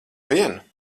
vien